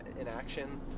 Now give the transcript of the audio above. inaction